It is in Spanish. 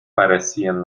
parecían